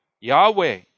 Yahweh